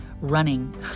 running